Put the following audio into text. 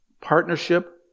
partnership